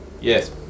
yes